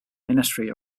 ministry